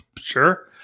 sure